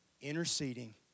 interceding